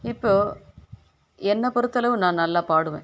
இப்போது என்னை பொருத்தளவு நான் நல்லா பாடுவேன்